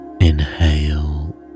inhale